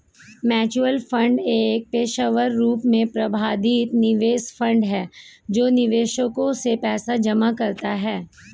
mutual fund एक पेशेवर रूप से प्रबंधित निवेश फंड है जो निवेशकों से पैसा जमा कराता है